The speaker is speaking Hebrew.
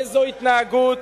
איזו התנהגות.